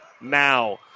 now